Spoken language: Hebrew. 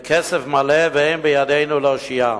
בכסף מלא, ואין בידינו להושיעם.